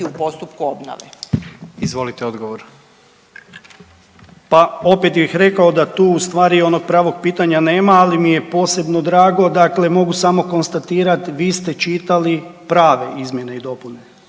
**Horvat, Darko (HDZ)** Pa opet bih rekao da tu u stvari onog pravog pitanja nema, ali mi je posebno drago dakle mogu samo konstatirat vi ste čitali prave izmjene i dopune.